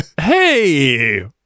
Hey